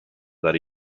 that